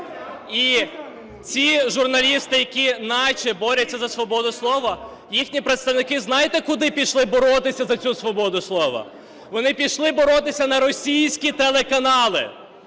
І ці журналісти, які наче борються за свободу слова, їхні представники знаєте, куди пішли боротися за цю свободу слова? Вони пішли боротися на російські телеканали,